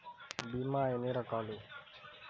భీమ ఎన్ని రకాలు?